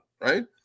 right